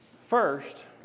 First